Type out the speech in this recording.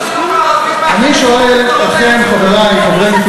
אז אנחנו נצמצם את משרדי הממשלה ל-18 פלוס אחד.